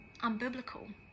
unbiblical